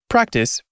Practice